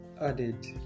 added